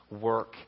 work